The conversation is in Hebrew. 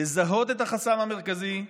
לזהות את החסם המרכזי,